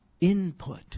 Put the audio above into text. Input